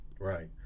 Right